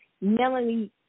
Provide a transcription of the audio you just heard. Melanie